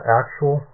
actual